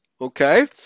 Okay